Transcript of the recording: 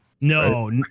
No